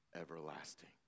everlasting